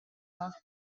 polar